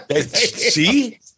See